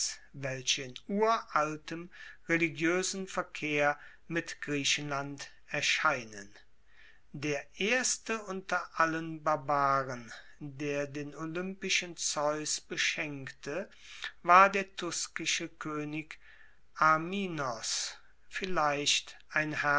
welche in uraltem religioesen verkehr mit griechenland erscheinen der erste unter allen barbaren der den olympischen zeus beschenkte war der tuskische koenig arimnos vielleicht ein